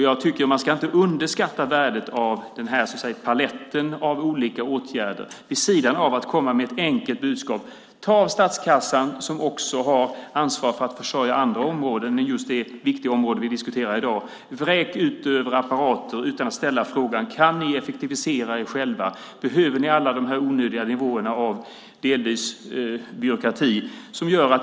Jag tycker inte att man ska underskatta värdet av denna palett av olika åtgärder vid sidan av att komma med ett enkelt budskap, att ta statskassan - som också har ansvar för att försörja andra områden än just det viktiga område vi diskuterar i dag - och vräka ut utan att ställa frågan: Kan ni effektivisera er själva? Behöver ni alla dessa onödiga nivåer av byråkrati?